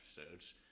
episodes